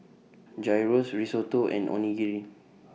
Gyros Risotto and Onigiri